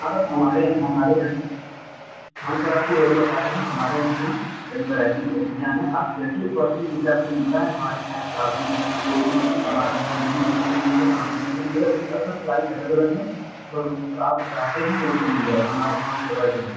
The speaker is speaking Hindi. हाँ सर तो हमारे हमारे यहाँ हम सर आपको वही बता रहे हैं हमारे यहाँ कई वेराइटी की लकड़ियाँ हैं आप जैसे कॉस्टली के हिसाब से मिलता है हमारे यहाँ यह साग़वान की लकड़ी हो गई हमारे यहाँ नीम की लकड़ी है आम की लकड़ी है उसका सर प्राइस अलग अलग है पर आप चाहते हैं तो वह सब मिल जाएगा हमारे यहाँ वह प्रोवाइडेड है